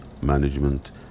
management